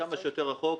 כמה שיותר רחוק